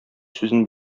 сүзен